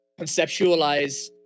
conceptualize